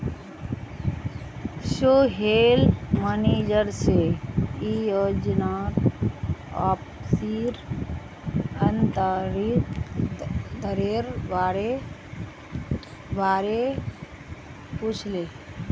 Sohail manager से ई योजनात वापसीर आंतरिक दरेर बारे पुछले